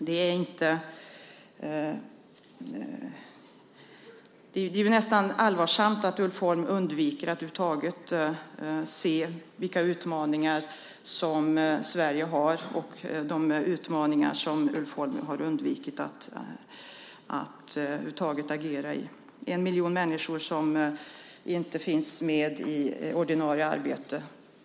Det är lite allvarligt att Ulf Holm undviker att över huvud taget se vilka utmaningar som Sverige står inför, de utmaningar som Ulf Holm har undvikit att över huvud taget agera i. Det är en miljon människor som inte finns i ordinarie arbete.